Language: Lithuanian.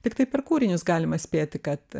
tiktai per kūrinius galima spėti kad